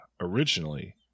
originally